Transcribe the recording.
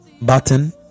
button